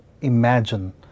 imagine